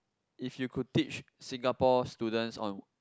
if you could teach Singapore students on